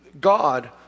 God